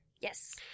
yes